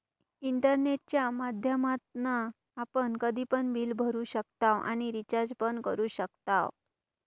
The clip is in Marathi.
इंटरनेटच्या माध्यमातना आपण कधी पण बिल भरू शकताव आणि रिचार्ज पण करू शकताव